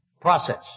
process